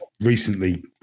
recently